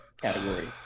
category